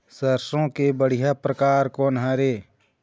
सरसों के बढ़िया परकार कोन हर ये?